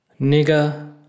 Nigger